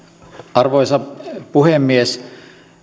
arvoisa puhemies